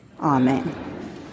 Amen